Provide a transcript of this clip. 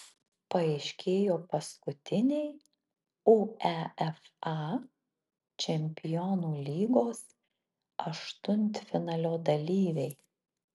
paaiškėjo paskutiniai uefa čempionų lygos aštuntfinalio dalyviai